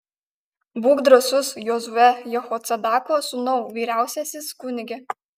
būk drąsus jozue jehocadako sūnau vyriausiasis kunige